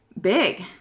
big